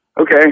okay